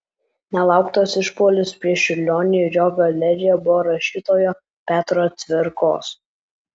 nelauktas išpuolis prieš čiurlionį ir jo galeriją buvo rašytojo petro cvirkos